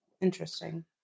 Interesting